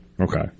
Okay